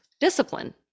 discipline